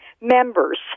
members